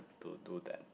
to do that